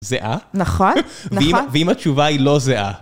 זהה? נכון, נכון. ואם התשובה היא לא זהה?